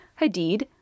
Hadid